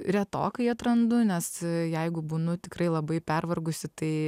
retokai atrandu nes jeigu būnu tikrai labai pervargusi tai